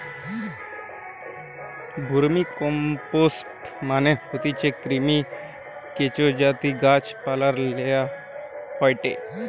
vermicompost মানে হতিছে কৃমি, কেঁচোদিয়ে গাছ পালায় লেওয়া হয়টে